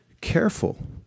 careful